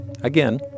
Again